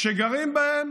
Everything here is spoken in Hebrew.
שגרים בהם